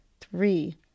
three